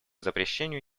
запрещению